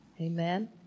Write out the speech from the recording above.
Amen